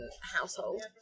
household